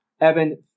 Evan